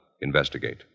investigate